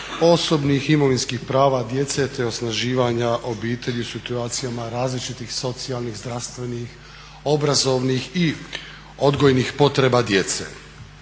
osobnih imovinskih prava djece, te osnaživanja obitelji u situacijama različitih socijalnih, zdravstvenih, obrazovnih i odgojnih potreba djece.